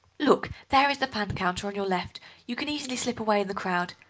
look, there is the fan counter, on your left you can easily slip away in the crowd.